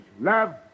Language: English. love